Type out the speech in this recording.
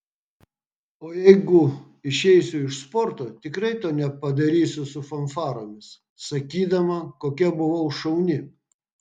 o jeigu išeisiu iš sporto tikrai to nepadarysiu su fanfaromis sakydama kokia buvau šauni